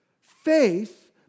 faith